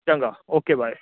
ਚੰਗਾ okay bye